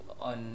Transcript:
on